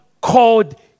called